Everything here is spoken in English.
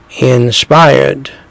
inspired